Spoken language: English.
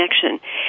connection